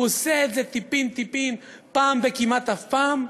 הוא עושה את זה טיפין-טיפין, פעם בכמעט אף פעם.